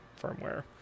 firmware